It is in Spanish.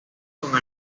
con